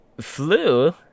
Flu